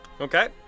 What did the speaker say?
okay